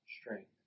strength